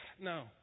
No